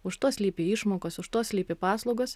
už to slypi išmokos už to slypi paslaugos